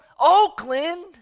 Oakland